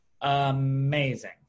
Amazing